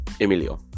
Emilio